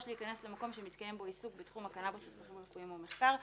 (3)להיכנס למקום שמתקיים בו עיסוק בתחום הקנבוס לצרכים רפואיים או מחקר,